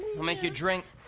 we'll make you a drink,